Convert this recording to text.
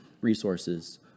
resources